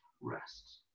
rest